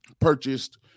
purchased